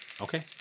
Okay